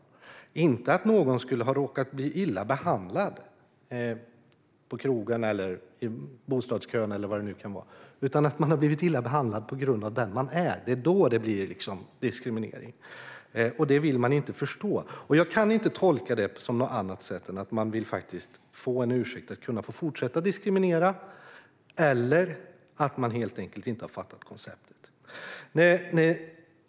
Det handlar inte om att någon skulle ha råkat bli illa behandlad på krogen, i bostadskön eller vad det kan vara. Det handlar om att man har blivit illa behandlad på grund av den man är. Det är då det blir diskriminering. Det vill de inte förstå. Jag kan inte tolka det på något annat sätt än att de faktiskt vill få en ursäkt för att kunna fortsätta diskriminera eller att de helt enkelt inte har fattat konceptet.